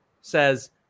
says